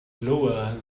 lower